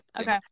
Okay